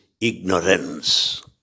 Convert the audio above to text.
ignorance